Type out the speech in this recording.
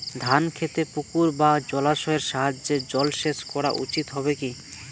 ধান খেতে পুকুর বা জলাশয়ের সাহায্যে জলসেচ করা উচিৎ হবে কি?